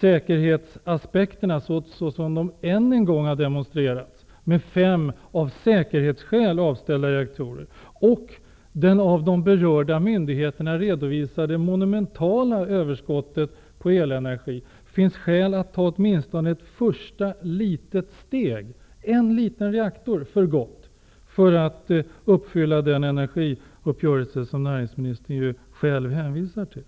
det när det gäller säkerhetsaspekterna, såsom de ännu en gång demonstrerats -- med fem av säkerhetsskäl avställda reaktorer -- och det av de berörda myndigheterna redovisade monumentala överskottet på elenergi finns skäl att ta åtminstone ett första litet steg och avställa en liten reaktor för gott för att uppfylla den energiuppgörelse som näringsministern själv hänvisar till?